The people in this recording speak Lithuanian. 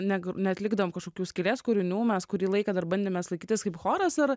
ne neatlikdavom kažkokių skylės kūrinių mes kurį laiką dar bandėmės laikytis kaip choras ir